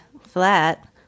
flat